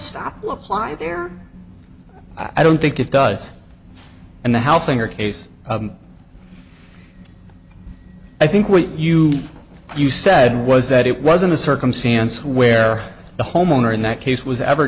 apply there i don't think it does and the house in your case i think what you you said was that it wasn't a circumstance where the homeowner in that case was ever